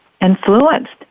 influenced